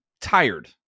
tired